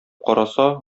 караса